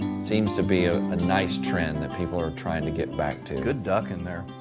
seems to be a ah nice trend that people are trying to get back to. good duck in there.